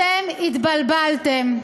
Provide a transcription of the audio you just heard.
אתם התבלבלתם.